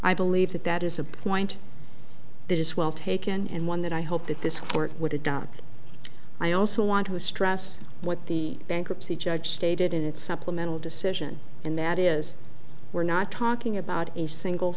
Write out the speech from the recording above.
i believe that that is a point that is well taken and one that i hope that this court would adopt i also want to stress what the bankruptcy judge stated in its supplemental decision and that is we're not talking about a single